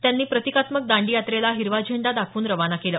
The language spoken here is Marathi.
त्यांनी प्रतिकात्मक दांडीयात्रेला हिरवा झेंडा दाखवून रवाना केलं